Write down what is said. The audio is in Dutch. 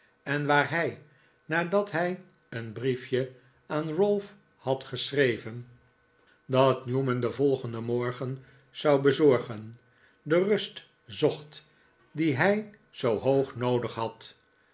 en waar hij nadat hij een briefje aan ralph had geschreven dat newman den volgenden morgen zou bezorgen de rust zocht die hij zoo hoog noodig had